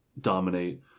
dominate